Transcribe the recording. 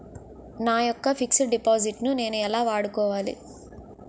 నా యెక్క fixed deposit ను నేను ఎలా వాడుకోవాలి?